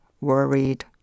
worried